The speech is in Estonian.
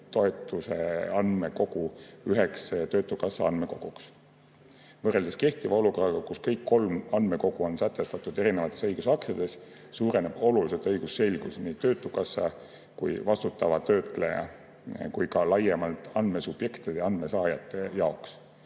töövõimetoetuse andmekogu – üheks töötukassa andmekoguks. Võrreldes kehtiva olukorraga, kus kõik kolm andmekogu on sätestatud erinevates õigusaktides, suureneb oluliselt õigusselgus nii töötukassa, vastutava töötleja kui ka laiemalt andmesubjektide, andmesaajate jaoks.